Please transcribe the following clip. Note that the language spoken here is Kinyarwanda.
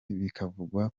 bikavugwa